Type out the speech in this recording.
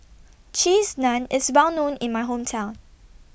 Cheese Naan IS Well known in My Hometown